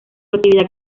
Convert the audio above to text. actividad